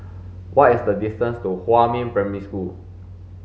what is the distance to Huamin Primary School